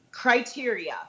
Criteria